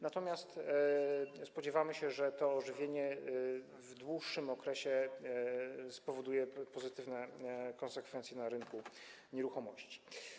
Natomiast spodziewamy się, że to ożywienie w dłuższym okresie spowoduje pozytywne konsekwencje na rynku nieruchomości.